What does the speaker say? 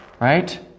Right